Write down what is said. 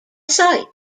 site